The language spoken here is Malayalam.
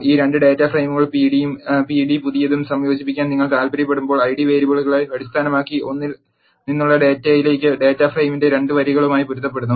ഈ 2 ഡാറ്റ ഫ്രെയിമുകൾ പിഡിയും പി ഡി പുതിയതും സംയോജിപ്പിക്കാൻ നിങ്ങൾ താൽ പ്പര്യപ്പെടുമ്പോൾ ഐഡി വേരിയബിളുകളെ അടിസ്ഥാനമാക്കി 1 ൽ നിന്നുള്ള ഡാറ്റയിലേക്ക് ഡാറ്റാ ഫ്രെയിം 2 ന്റെ വരികളുമായി പൊരുത്തപ്പെടുന്നു